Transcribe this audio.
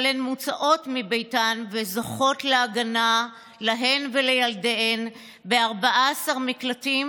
אבל הן מוצאות מביתן וזוכות להגנה להן ולילדיהן ב-14 מקלטים